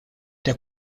der